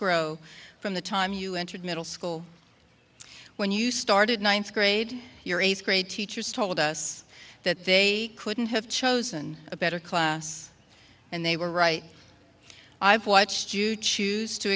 grow from the time you entered middle school when you started ninth grade your eighth grade teachers told us that they couldn't have chosen a better class and they were right i've watched you choose to